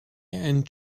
and